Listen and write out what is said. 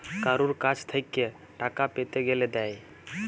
কারুর কাছ থেক্যে টাকা পেতে গ্যালে দেয়